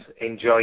enjoy